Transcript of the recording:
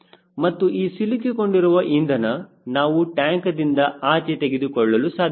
ಮತ್ತು ಈ ಸಿಲುಕಿಕೊಂಡಿರುವ ಇಂಧನ ನಾವು ಟ್ಯಾಂಕ್ದಿಂದ ಆಚೆ ತೆಗೆದುಕೊಳ್ಳಲು ಸಾಧ್ಯವಿಲ್ಲ